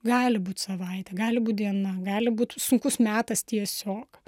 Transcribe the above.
gali būt savaitė gali būt diena gali būt sunkus metas tiesiog